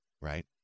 right